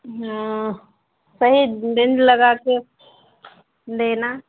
हाँ सही रेंज लगा के देना